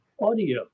audio